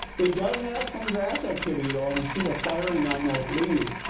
it does have some grass activity though. and we see the firing on those leaves.